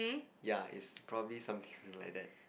ya it's probably something like that